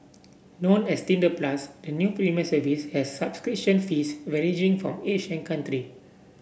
known as Tinder Plus the new premium service has subscription fees varying from age and country